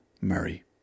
Murray